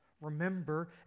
remember